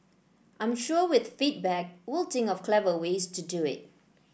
I'm sure with feedback we'll think of clever ways to do it